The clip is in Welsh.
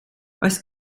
oes